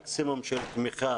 מקסימום של תמיכה